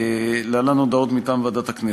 להלן הודעות מטעם ועדת הכנסת.